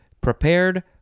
prepared